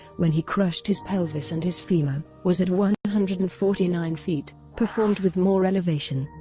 when he crushed his pelvis and his femur was at one hundred and forty nine feet, performed with more elevation.